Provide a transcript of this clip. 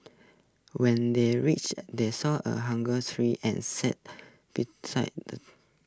when they reached they saw A hunger tree and sat beside